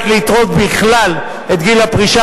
סגן שר החינוך חבר הכנסת מאיר פרוש,